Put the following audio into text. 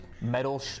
Metal